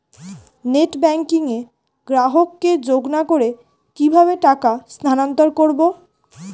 Net banking এ গ্রাহককে যোগ না করে কিভাবে টাকা স্থানান্তর করব?